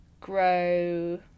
grow